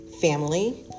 Family